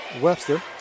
Webster